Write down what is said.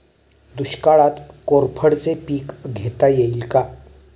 दुष्काळात कोरफडचे पीक घेता येईल का?